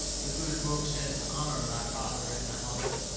the good book says to honour thy father and thy mother.